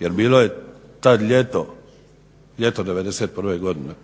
jer bilo je tad ljeto, ljeto 91. godine.